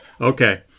Okay